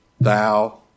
thou